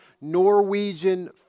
Norwegian